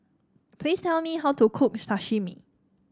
please tell me how to cook Sashimi